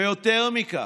ויותר מכך,